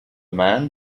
man